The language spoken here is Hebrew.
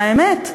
והאמת,